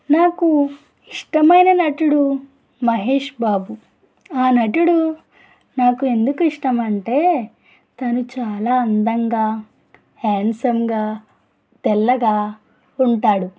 నాకు ఇష్టమైన నటుడు మహేష్ బాబు ఆ నటుడు నాకు ఎందుకు ఇష్టమంటే తను చాలా అందంగా హ్యాండ్సమ్గా తెల్లగా ఉంటాడు